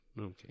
Okay